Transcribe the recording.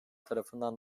tarafından